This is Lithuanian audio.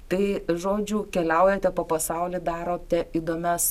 tai žodžiu keliaujate po pasaulį darote įdomias